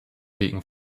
wegen